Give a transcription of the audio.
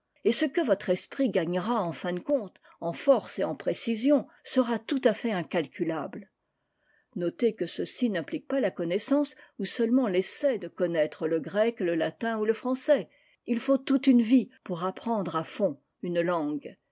et ce que votre esprit gagnera en fin de compte en force et en précision sera tout à fait incalculable notez que ceci n'implique pas la connaissance ou seulement l'essai de connaître le grec le latin ou le français il faut toute une vie pour apprendre à fond une langue